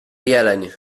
jeleń